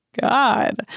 God